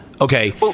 Okay